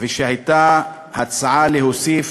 והייתה הצעה להוסיף: